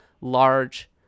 large